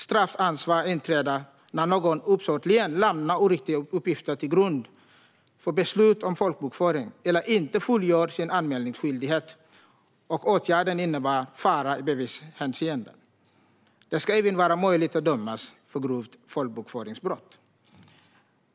Straffansvar inträder när någon uppsåtligen lämnar oriktiga uppgifter till grund för beslut om folkbokföring eller inte fullgör sin anmälningsskyldighet och åtgärden innebär fara i bevishänseende. Det ska även vara möjligt att dömas för grovt folkbokföringsbrott.